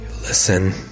listen